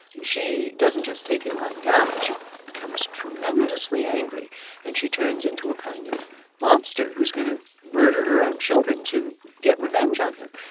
she doesn't just take it lying down, but she becomes tremendously angry and she turns into a kind of monster who's going to murder her own children to get revenge on him.